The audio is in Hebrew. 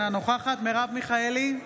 אינה נוכחת מרב מיכאלי,